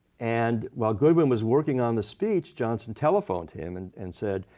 and while goodwin was working on the speech, johnson telephoned him and and said,